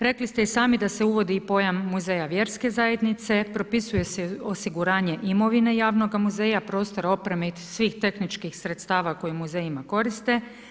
Rekli ste i sami da se uvodi pojam muzeja vjerske zajednice, propisuje se osiguranje imovine javnoga muzeja, prostora opreme i svih tehničkih sredstava koje muzejima koriste.